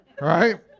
right